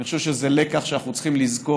אני חושב שזה לקח שאנחנו צריכים לזכור,